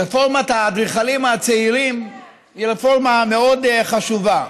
רפורמת האדריכלים הצעירים היא רפורמה מאוד חשובה.